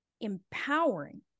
empowering